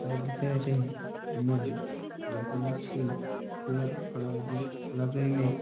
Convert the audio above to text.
ବଗିଚାରେ ଆମେ ବି ଯେକୌଣସି ଫୁଲ ଫଳ ଆଦି ଲଗାଇଲେ